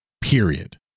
period